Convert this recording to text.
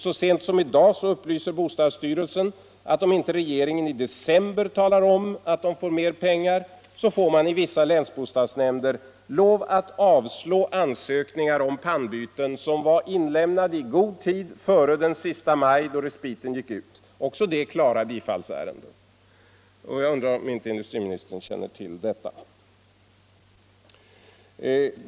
Så sent som i dag upplyser bostadsstyrelsen att om inte regeringen i december talar om att styrelsen får mer pengar, måste vissa länsbostadsnämnder avslå ansökningar om pannbyten som var inlämnade i god tid före den 31 maj, då respiten gick ut — också de klara bifallsärenden. Jag undrar om inte industriministern känner till detta.